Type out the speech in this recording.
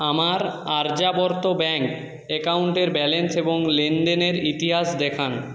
আমার আর্যাবর্ত ব্যাঙ্ক অ্যাকাউন্টের ব্যালেন্স এবং লেনদেনের ইতিহাস দেখান